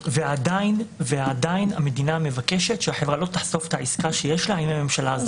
ועדיין המדינה מבקשת החברה לא תחטוף את העסקה שיש לה עם הממשלה הזרה.